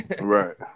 Right